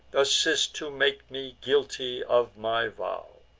assist to make me guilty of my vow!